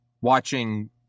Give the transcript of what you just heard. watching